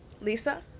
Lisa